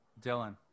Dylan